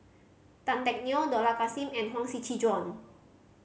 Tan Teck Neo Dollah Kassim and Huang Shiqi Joan